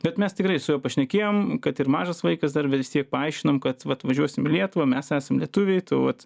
bet mes tikrai su juo pašnekėjom kad ir mažas vaikas dar bet vistiek paaiškinom kad vat važiuosim į lietuvą mes esam lietuviai tu vat